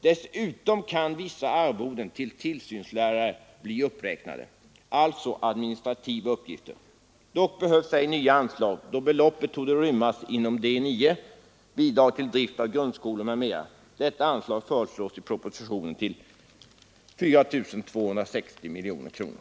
Dessutom kan vissa arvoden till tillsynslärare — alltså för administrativa uppgifter — bli uppräknade. Dock behövs ej nya anslag, då beloppet torde rymmas inom anslaget D 9. Bidrag till drift av grundskolor m.m. Detta anslag föreslås i statsverkspropositionen till 4 260 miljoner kronor.